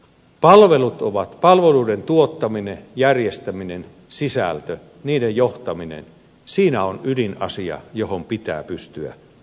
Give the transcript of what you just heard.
palvelut ja palveluiden tuottaminen järjestäminen sisältö niiden johtaminen siinä on ydinasia johon pitää pystyä puuttumaan